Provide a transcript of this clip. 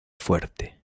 fuerte